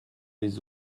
les